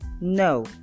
No